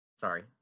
Sorry